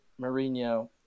Mourinho